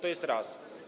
To jest raz.